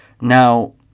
Now